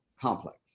complex